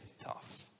tough